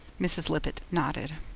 mrs. lippett nodded.